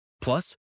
Plus